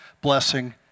blessing